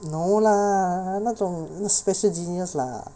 no lah !huh! 那种 special genius lah